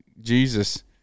Jesus